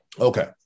Okay